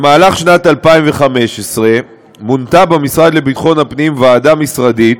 בשנת 2015 מונתה במשרד לביטחון הפנים ועדה משרדית